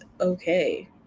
okay